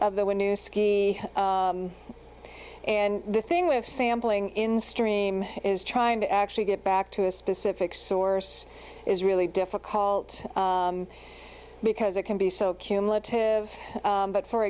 of the when you ski and the thing with sampling in stream is trying to actually get back to a specific source is really difficult because it can be so cumulative but for